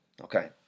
Okay